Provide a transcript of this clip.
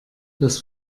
dass